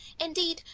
indeed,